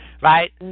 Right